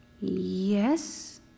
Yes